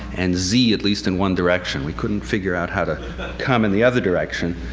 and z at least in one direction we couldn't figure out how to come in the other direction.